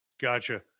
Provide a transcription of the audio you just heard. Gotcha